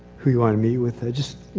who you wanna meet with. just,